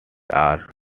are